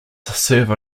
serve